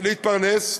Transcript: להתפרנס.